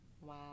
Wow